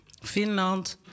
finland